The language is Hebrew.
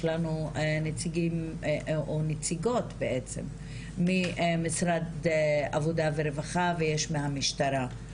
יש לנו נציגים או נציגות ממשרד העבודה והרווחה ויש מהמשטרה.